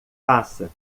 faça